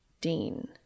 Dean